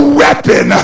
weapon